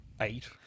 eight